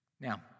Now